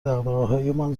دغدغههایمان